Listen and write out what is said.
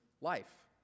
life